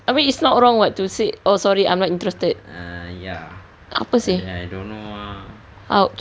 I mean it's not wrong [what] to say oh sorry I'm not interested apa seh !ouch!